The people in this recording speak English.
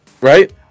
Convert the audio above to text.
Right